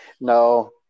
No